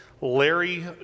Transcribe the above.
Larry